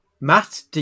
Matt